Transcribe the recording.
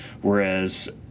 whereas